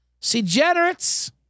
degenerates